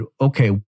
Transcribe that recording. Okay